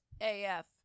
AF